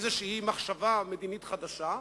איזו מחשבה מדינית חדשה,